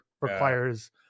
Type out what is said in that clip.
requires